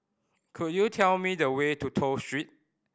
could you tell me the way to Toh Street